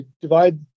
divide